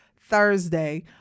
Thursday